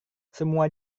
semua